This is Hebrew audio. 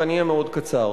ואני אהיה מאוד קצר.